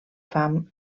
fam